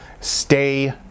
stay